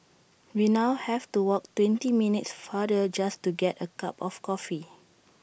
we now have to walk twenty minutes farther just to get A cup of coffee